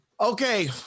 Okay